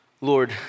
Lord